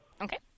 Okay